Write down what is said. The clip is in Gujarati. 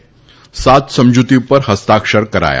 સાત સમજૂતી ઉપર હસ્તાક્ષર કરાયા